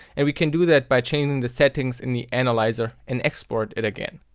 and we can do that by changing the settings in the analyzer and export it again.